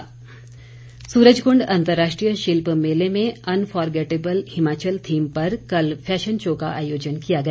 शिल्प मेला सुरजकंड अंतर्राष्ट्रीय शिल्प मेले में अनफोरगेटेबल हिमाचल थीम पर कल फैशन शो का आयोजन किया गया